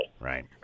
Right